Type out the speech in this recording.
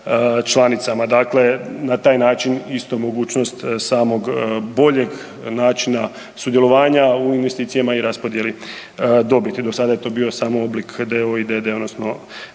članicama, dakle na taj način istu mogućnost samog boljeg načina sudjelovanja u investicijama i raspodijeli dobiti. Do sada je to samo bio samo oblik d.o.o. i d.d. odnosno